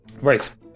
Right